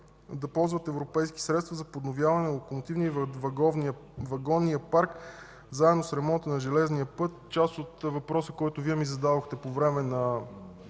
се ползват европейски средства за подновяване на локомотивния и вагонния парк, заедно с ремонта на железния път. Това е част от въпроса, който Вие ми зададохте по време на